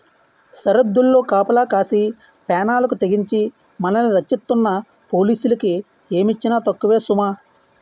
సరద్దుల్లో కాపలా కాసి పేనాలకి తెగించి మనల్ని రచ్చిస్తున్న పోలీసులకి ఏమిచ్చినా తక్కువే సుమా